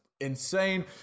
insane